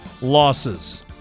losses